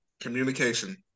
communication